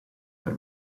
per